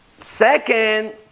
Second